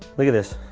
look at this.